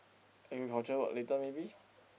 agriculture work later maybe